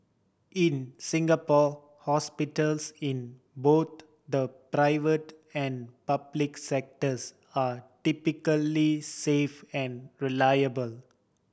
in Singapore hospitals in both the private and public sectors are typically safe and reliable